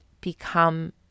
become